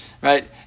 right